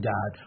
God